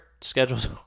schedule's